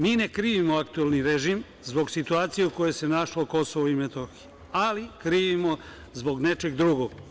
Mi ne krivimo aktuelni režim zbog situacije u kojoj se našlo Kosovo i Metohija, ali krivimo zbog nečeg drugog.